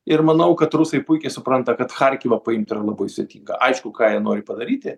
ir manau kad rusai puikiai supranta kad charkivą paimt yra labai sudėtinga aišku ką jie nori padaryti